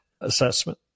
assessment